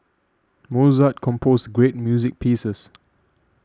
Mozart composed great music pieces